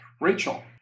Rachel